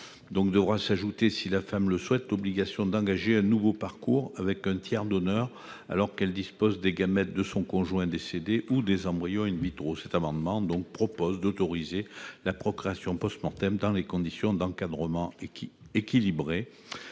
couple s'ajoutera, si la femme le souhaite, l'obligation d'engager un nouveau parcours avec un tiers donneur, alors qu'elle dispose des gamètes de son conjoint décédé ou des embryons. Cet amendement tend donc à autoriser la procréation dans des conditions d'encadrement équilibrées.